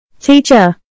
Teacher